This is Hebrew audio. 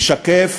משקף